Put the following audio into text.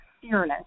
fearless